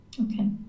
Okay